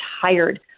tired